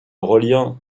reliant